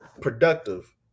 Productive